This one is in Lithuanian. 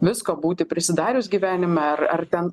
visko būti prisidarius gyvenime ar ar ten